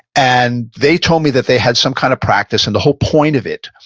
and they told me that they had some kind of practice, and the whole point of it